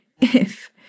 If